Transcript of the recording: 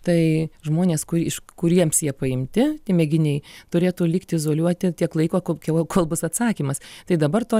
tai žmonės kurį iš kuriems jie paimti tie mėginiai turėtų likti izoliuoti tiek laiko kilo kol bus atsakymas tai dabar to